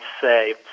say